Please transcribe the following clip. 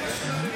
השר,